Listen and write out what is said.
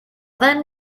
then